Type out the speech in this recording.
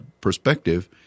perspective